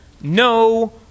no